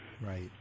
Right